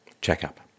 checkup